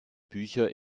bücher